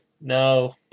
No